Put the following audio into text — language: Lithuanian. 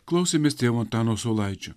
klausėmės tėvo antano saulaičio